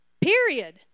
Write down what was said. Period